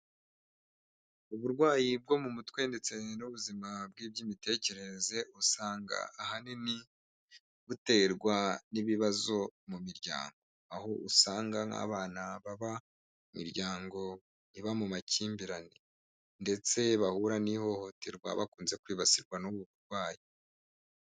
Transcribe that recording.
Uburwayi bwo mu mutwe ndetse n'ubuzima bw'iby'imitekerereze, usanga ahanini buterwa n'ibibazo mu miryango, aho usanga nk'abana baba mu miryango iba mu makimbirane ndetse bahura n'ihohoterwa bakunze kwibasirwa n'uburwayi.